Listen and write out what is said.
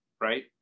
right